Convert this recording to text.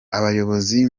abayobozi